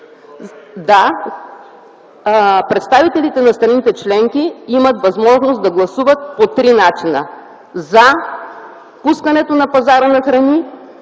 Да, представителите на страните членки имат възможност да гласуват по три начина: за пускането на пазара на храни;